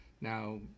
Now